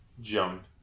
jump